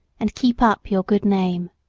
and keep up your good name.